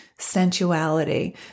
Sensuality